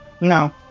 No